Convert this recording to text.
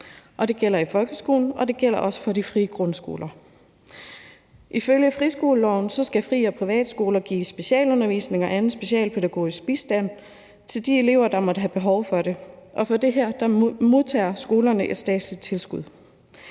det gælder også for de frie grundskoler. Ifølge friskoleloven skal fri- og privatskoler give specialundervisning og anden specialpædagogisk bistand til de elever, der måtte have behov for det, og for det her modtager skolerne et statsligt tilskud.